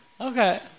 Okay